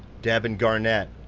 devin garnette.